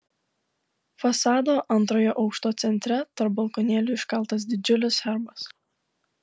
fasado antrojo aukšto centre tarp balkonėlių iškaltas didžiulis herbas